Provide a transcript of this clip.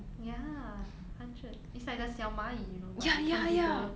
ya hundred it's like the 小蚂蚁 you know like become bigger